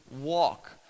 walk